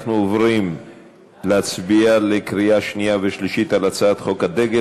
אנחנו עוברים להצביע בקריאה שנייה ושלישית על הצעת חוק הדגל,